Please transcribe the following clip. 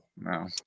No